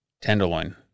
tenderloin